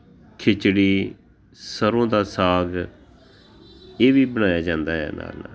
ਖਿਚੜੀ ਸਰ੍ਹੋਂ ਦਾ ਸਾਗ ਇਹ ਵੀ ਬਣਾਇਆ ਜਾਂਦਾ ਹੈ ਨਾਲ